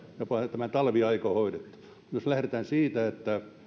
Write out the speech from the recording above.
tämä talviaika on hoidettu jos lähdetään siitä että